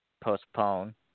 postpone